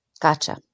Gotcha